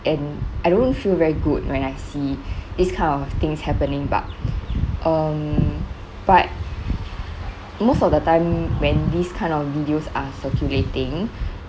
and I don't feel very good when I see this kind of things happening but um but most of the time when this kind of videos are circulating